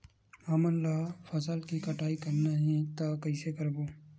हमन ला फसल के कटाई करना हे त कइसे करबो?